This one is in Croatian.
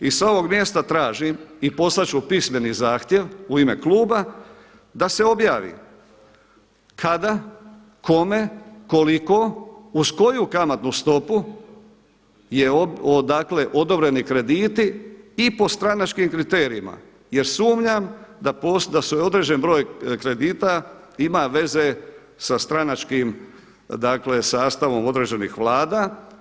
I s ovog mjesta tražim i poslati ću pismeni zahtjev u ime kluba da se objavi kada, kome, koliko, uz koju kamatnu stopu je, dakle odobreni krediti i po stranačkim kriterijima jer sumnjam da određeni broj kredita ima veze sa stranačkim, dakle sastavom određenih vlada.